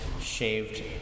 shaved